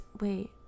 Wait